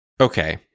Okay